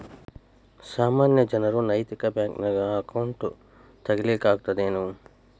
ಸಾಮಾನ್ಯ ಜನರು ನೈತಿಕ ಬ್ಯಾಂಕ್ನ್ಯಾಗ್ ಅಕೌಂಟ್ ತಗೇ ಲಿಕ್ಕಗ್ತದೇನು?